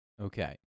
Okay